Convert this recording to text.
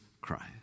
Christ